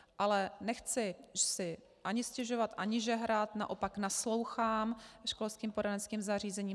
Ale nechci si už ani stěžovat ani žehrat, naopak naslouchám školským poradenským zařízením.